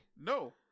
No